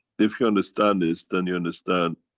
if you understand this, then you understand,